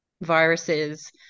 viruses